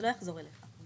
זה לא יחזור לוועדה.